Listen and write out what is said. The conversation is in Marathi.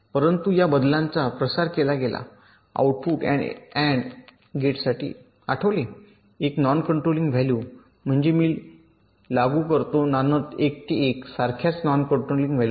परंतु या बदलाचा प्रसार केला गेला आउटपुट आपण एन्ड गेटसाठी आठवले 1 नॉन कंट्रोलिंग व्हॅल्यू म्हणजे मी लागू करतो नानद 1 ते 1 सारख्याच नॉन कंट्रोलिंग व्हॅल्यूज